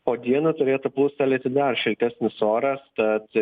o dieną turėtų plūstelėti dar šiltesnis oras tad